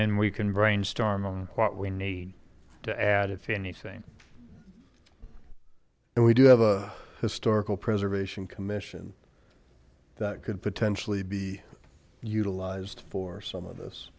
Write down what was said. then we can brainstorm and quote we need to add if anything and we do have a historical preservation commission that could potentially be utilized for some of th